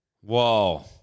Whoa